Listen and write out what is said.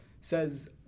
says